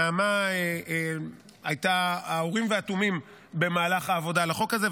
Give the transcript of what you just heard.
נעמה הייתה האורים והתומים במהלך העבודה על החוק הזה,